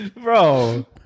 bro